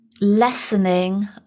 lessening